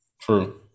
True